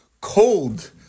cold